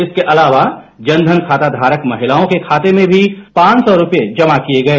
इसके अलावा जनधन खाताधारक महिलाओं के खाते में भी पांच सौ रूपये जमा किए गए